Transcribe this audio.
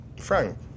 Frank